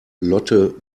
lotte